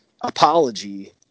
apology